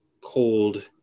cold